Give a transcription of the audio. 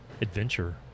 adventure